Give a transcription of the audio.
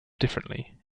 differently